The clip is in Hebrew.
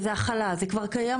זה החלה, זה כבר קיים.